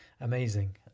Amazing